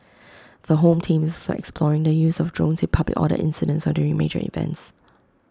the home team is also exploring the use of drones in public order incidents or during major events